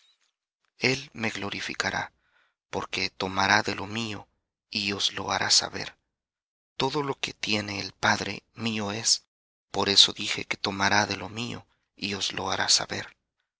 el me glorificará porque tomará de lo mío y os hará saber todo lo que tiene el padre mío es por eso dije que tomará de lo mío y os hará saber